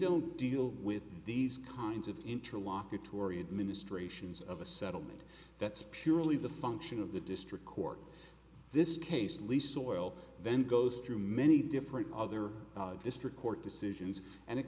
don't deal with these kinds of interlocutory administrations of a settlement that's purely the function of the district court this case lisa oil then goes through many different other district court decisions and it